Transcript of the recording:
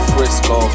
Frisco